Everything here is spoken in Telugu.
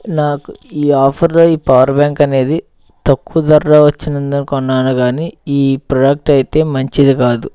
నాకు ఈ ఆఫర్లో ఈ పవర్ బ్యాంక్ అనేది తక్కువ ధరలో వచ్చినందుకు కొన్నాను కాని ఈ ప్రోడక్ట్ అయితే మంచిది కాదు